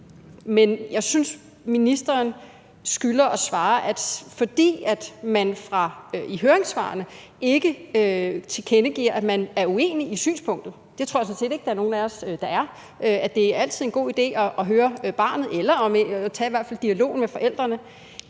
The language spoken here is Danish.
er. Jeg synes, ministeren skylder os et svar. Fordi man i høringssvarene ikke tilkendegiver, at man er uenig i synspunktet – det tror jeg sådan set ikke der er nogen af os der er, nemlig at det altid er en god idé at høre barnet eller i hvert fald tage dialogen med forældrene